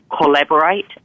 collaborate